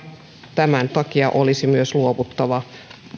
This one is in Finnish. tämän takia olisi myös luovuttava